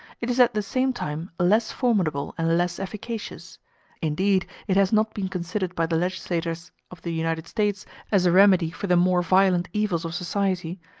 it is at the same time less formidable and less efficacious indeed, it has not been considered by the legislators of the united states as a remedy for the more violent evils of society,